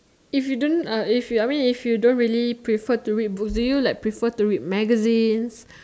if you don't uh if you I mean if you don't really prefer to read books do you like prefer to read magazines